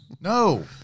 no